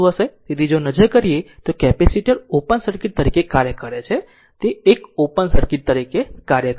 તેથી જો નજર કરીએ તો કેપેસિટર ઓપન સર્કિટ તરીકે કાર્ય કરે છે તે એક ઓપન સર્કિટ તરીકે કાર્ય કરે છે